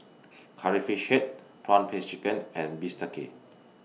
Curry Fish Head Prawn Paste Chicken and Bistake